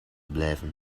blijven